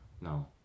no